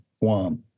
Guam